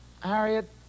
Harriet